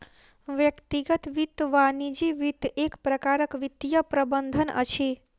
व्यक्तिगत वित्त वा निजी वित्त एक प्रकारक वित्तीय प्रबंधन अछि